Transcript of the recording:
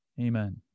Amen